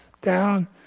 down